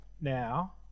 now